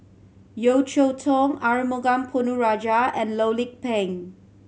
Yeo Cheow Tong Arumugam Ponnu Rajah and Loh Lik Peng